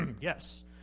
Yes